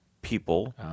people